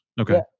Okay